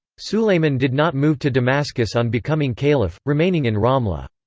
sulayman did not move to damascus on becoming caliph, remaining in ramla.